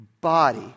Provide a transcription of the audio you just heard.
body